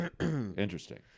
interesting